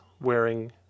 wearing